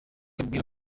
amubwira